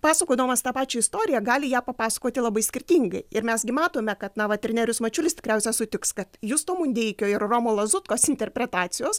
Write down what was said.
pasakodamas tą pačią istoriją gali ją papasakoti labai skirtingai ir mes gi matome kad na vat ir nerijus mačiulis tikriausia sutiks kad justo mundeikio ir romo lazutkos interpretacijos